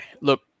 Look